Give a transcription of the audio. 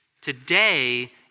Today